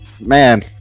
man